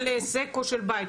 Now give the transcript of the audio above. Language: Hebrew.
של עסק או של בית,